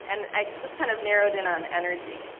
and i just kind of narrowed in on energy,